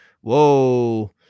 whoa